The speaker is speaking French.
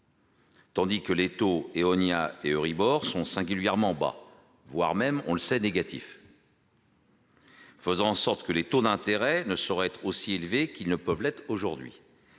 tandis que les taux Eonia et Euribor sont singulièrement bas, voire négatifs, faisant en sorte que les taux d'intérêt ne sauraient être aussi élevés qu'ils peuvent l'être aujourd'hui.